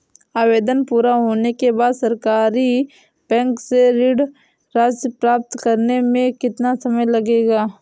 आवेदन पूरा होने के बाद सरकारी बैंक से ऋण राशि प्राप्त करने में कितना समय लगेगा?